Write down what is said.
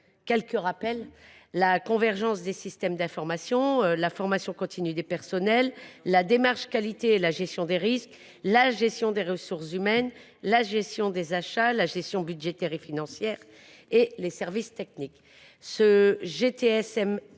assurer la convergence des systèmes d’information, la formation continue des personnels, la démarche qualité et la gestion des risques, la gestion des ressources humaines, la gestion des achats, la gestion budgétaire et financière et les services techniques.